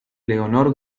leonor